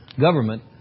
government